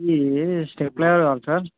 ఈ స్టేబిలైజర్ కావాలి సార్